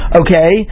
okay